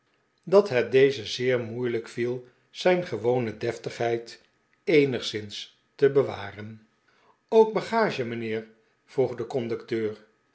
dat het dezen zeer moeilijk viel zijn gewone deftigheid eenigszins te be waren ook bagage mijnheer vroeg de conducteur